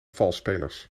valsspelers